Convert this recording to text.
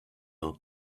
are